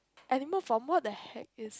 animal from !what the heck! is